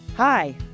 Hi